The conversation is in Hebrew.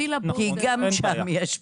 כי גם שם יש בעיה.